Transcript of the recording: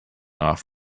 off